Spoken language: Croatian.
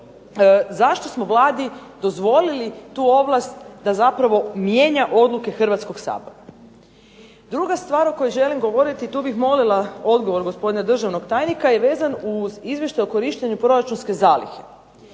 zašto smo Vladi dozvolili tu ovlast da zapravo mijenja odluke Hrvatskoga sabora. Druga stvar o kojoj želim govoriti tu bih molila odgovor gospodina državnog tajnika je vezan uz izvještaj o korištenju proračunske zalihe.